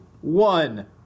one